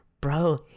bro